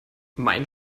mein